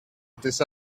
this